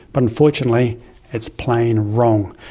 but unfortunately it's plain wrong.